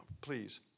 please